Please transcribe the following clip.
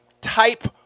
type